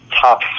top